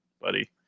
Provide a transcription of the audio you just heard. buddy